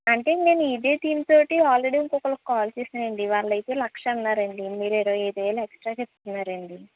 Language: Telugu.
అంటే నేను ఇదే దీనితోటి ఆల్రెడీ ఇంకొకరికి కాల్ చేశాను అండి వాళ్ళు అయితే లక్షన్నర అండి మీరు ఇరవై ఐదు వేలు ఎక్కువ చెప్తున్నారండి